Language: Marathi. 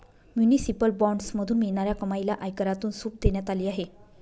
म्युनिसिपल बॉण्ड्समधून मिळणाऱ्या कमाईला आयकरातून सूट देण्यात आली आहे